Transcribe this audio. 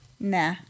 Nah